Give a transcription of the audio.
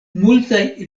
multaj